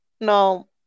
no